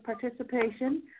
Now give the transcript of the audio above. participation